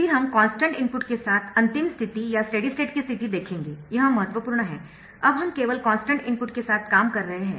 फिर हम constant input के साथ अंतिम स्थिति या स्टेडी स्टेट की स्थिति देखेंगे यह महत्वपूर्ण है अब हम केवल कॉन्स्टन्ट इनपुट के साथ काम कर रहे है